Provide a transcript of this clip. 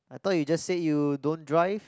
I thought you just said you don't drive